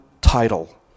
title